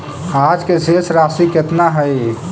आज के शेष राशि केतना हई?